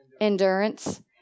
Endurance